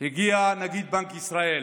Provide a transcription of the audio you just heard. הגיע נגיד בנק ישראל